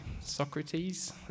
Socrates